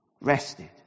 rested